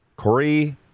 Corey